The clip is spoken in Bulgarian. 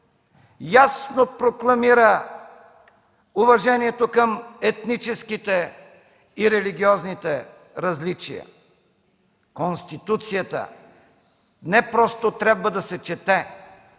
ясно прокламира уважението към етническите и религиозните различия. Конституцията не просто трябва да се чете,